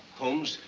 holmes,